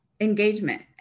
engagement